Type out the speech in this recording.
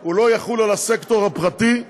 הוא לא יחול על הסקטור הפרטי,